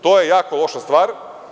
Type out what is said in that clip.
To je jako loša stvar.